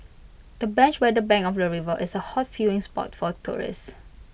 the bench the bank of the river is A hot viewing spot for tourists